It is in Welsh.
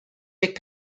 deg